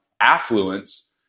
affluence